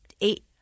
eight